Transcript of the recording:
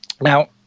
Now